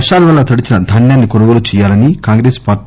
వర్షాల వల్ల తడిచిన ధాన్యాన్ని కొనుగోలు చేయాలని కాంగ్రెస్ పార్టీ